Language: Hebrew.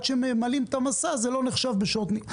שממלאים את המשא זה לא נחשב בשעות נהיגה.